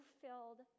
filled